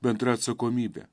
bendra atsakomybė